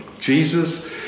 Jesus